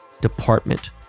department